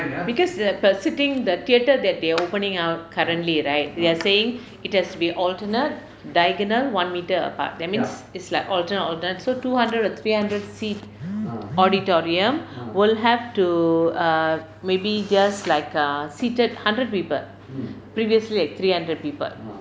because for sitting the theatre that they opening out currently right they are saying it has to be alternate diagonal one metre apart that means it's like alternate alternate so two hundred three hundred seat auditorium will have to err maybe just like err seated hundred people previously at three hundred people